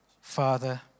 Father